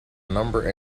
number